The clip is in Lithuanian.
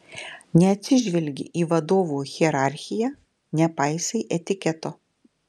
neatsižvelgi į vadovų hierarchiją nepaisai etiketo